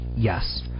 Yes